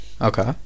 okay